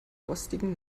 rostigen